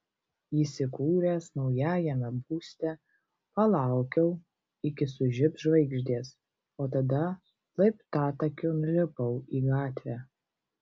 įsikūręs naujajame būste palaukiau iki sužibs žvaigždės o tada laiptatakiu nulipau į gatvę